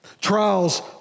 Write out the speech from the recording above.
Trials